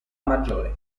maggiore